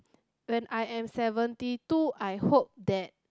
when I am seventy two I hope that